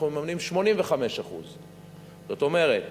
אנחנו מממנים 85%. זאת אומרת